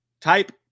type